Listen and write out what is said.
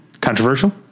controversial